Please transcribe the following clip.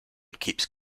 keeps